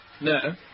No